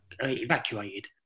evacuated